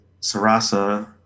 Sarasa